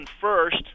first